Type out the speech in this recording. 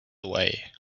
away